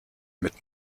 mit